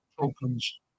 tokens